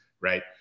right